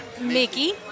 Mickey